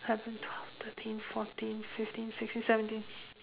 eleven twelve thirteen fourteen fifteen sixteen seventeen